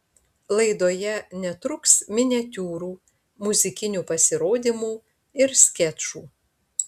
laidoje netruks miniatiūrų muzikinių pasirodymų ir skečų